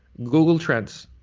google trends,